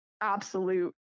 absolute